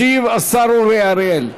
ישיב השר אורי אריאל,